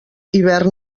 hivern